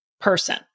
person